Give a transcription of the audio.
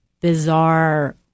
bizarre